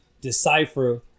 decipher